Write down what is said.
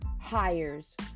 hires